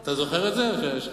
אתה זוכר את זה או ששכחת?